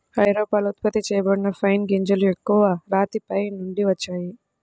ఐరోపాలో ఉత్పత్తి చేయబడిన పైన్ గింజలు ఎక్కువగా రాతి పైన్ నుండి వచ్చాయి